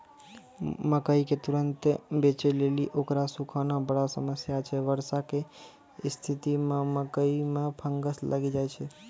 मकई के तुरन्त बेचे लेली उकरा सुखाना बड़ा समस्या छैय वर्षा के स्तिथि मे मकई मे फंगस लागि जाय छैय?